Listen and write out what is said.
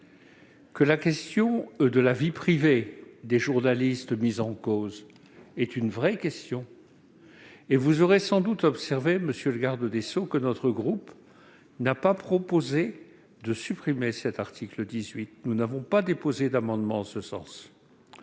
Moi aussi ! La vie privée des journalistes mis en cause est une vraie question. Vous aurez sans doute observé, monsieur le garde des sceaux, que notre groupe n'a pas proposé de supprimer l'article 18. Nous avons simplement déposé un amendement de